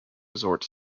resort